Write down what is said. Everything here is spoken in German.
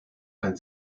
ein